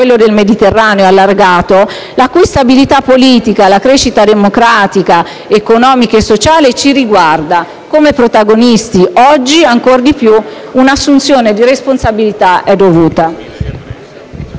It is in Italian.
del Mediterraneo allargato, la cui stabilità politica, la cui crescita democratica, economica e sociale ci riguardano, come protagonisti. Oggi ancor di più un'assunzione di responsabilità è dovuta.